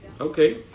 Okay